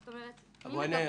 זאת אומרת, מי מגבה אותי?